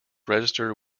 register